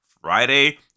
Friday